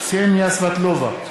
קסניה סבטלובה,